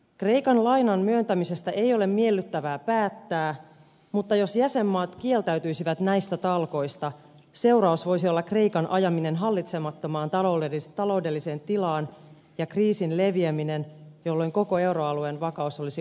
kreikan lainan myöntämisestä ei ole miellyttävää päättää mutta jos jäsenmaat kieltäytyisivät näistä talkoista seuraus voisi olla kreikan ajaminen hallitsemattomaan taloudelliseen tilaan ja kriisin leviäminen jolloin koko euroalueen vakaus olisi uhattuna